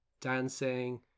dancing